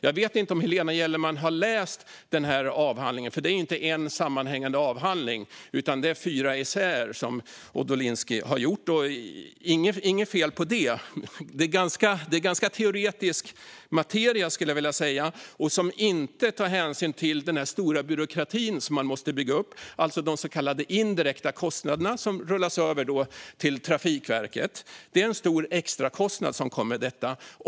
Jag vet inte om Helena Gellerman har läst den här avhandlingen. Det är inte en sammanhängande avhandling, utan det är fyra essäer som Odolinski har gjort, och det är inget fel på det. Det är ganska teoretisk materia, skulle jag vilja säga, som inte tar hänsyn till den stora byråkrati som man måste bygga upp, alltså de så kallade indirekta kostnaderna som rullas över till Trafikverket. Det är en stor extrakostnad som kommer med detta.